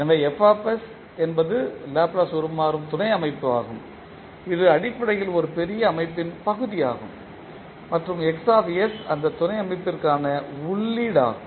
எனவே என்பது லாப்லேஸ் உருமாறும் துணை அமைப்பு ஆகும் இது அடிப்படையில் ஒரு பெரிய அமைப்பின் பகுதியாகும் மற்றும் அந்த துணை அமைப்பிற்கான உள்ளீடாகும்